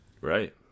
Right